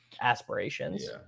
aspirations